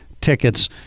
tickets